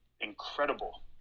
incredible